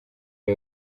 ari